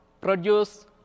produce